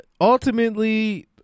ultimately